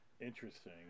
Interesting